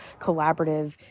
collaborative